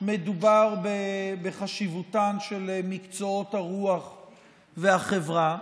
מדובר בחשיבותם של מקצועות הרוח והחברה.